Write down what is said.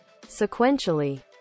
sequentially